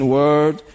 word